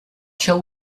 shall